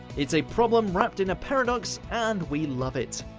it's a problem wrapped in a paradox, and we love it!